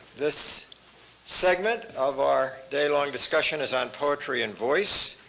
this segment of our daylong discussion is on poetry and voice.